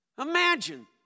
Imagine